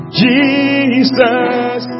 jesus